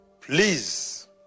Please